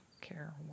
care